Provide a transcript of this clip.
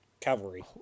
cavalry